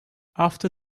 after